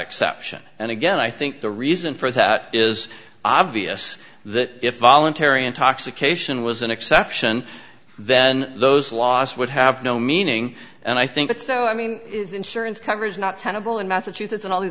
exception and again i think the reason for that is obvious that if voluntary intoxication was an exception then those laws would have no meaning and i think that so i mean insurance coverage is not tenable in massachusetts and all these